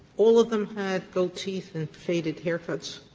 all of them had gold teeth and faded hair cuts?